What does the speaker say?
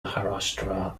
maharashtra